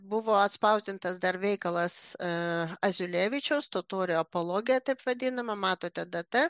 buvo atspausdintas dar veikalas aziulevičiaus totorių apoloija taip vadinama matote data